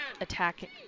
attacking